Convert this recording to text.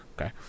Okay